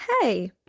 hey